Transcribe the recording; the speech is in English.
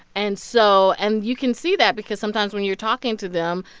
and so and you can see that because sometimes when you're talking to them,